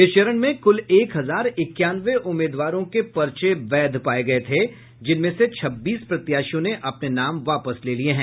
इस चरण में कुल एक हजार इक्यानवें उम्मीदवारों के पर्चे वैध पाए गए थे जिनमें से छब्बीस प्रत्याशियों ने अपने नाम वापस ले लिए है